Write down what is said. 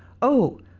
oh,